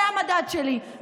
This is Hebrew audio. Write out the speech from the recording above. זה המדד שלי,